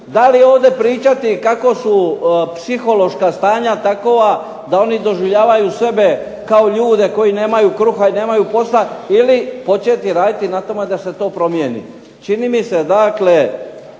Da li ovdje pričati kako su psihološka stanja takova da oni doživljavaju sebe kao ljude koji nemaju kruga ili nemaju posla ili početi raditi na tome da se to promijeni. Čini mi se dakle